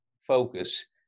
focus